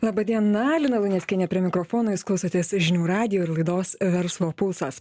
laba diena lina luneckienė prie mikrofono jūs klausotės žinių radijo ir laidos verslo pulsas